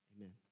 Amen